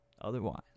otherwise